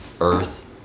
earth